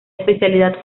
especialidad